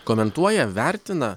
komentuoja vertina